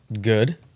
good